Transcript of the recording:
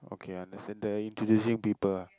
okay understand they're introducing people ah